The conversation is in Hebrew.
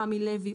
רמי לוי,